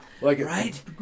Right